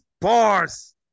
Bars